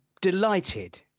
delighted